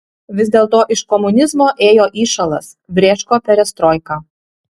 vis dėlto iš komunizmo ėjo įšalas brėško perestroika